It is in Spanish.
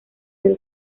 del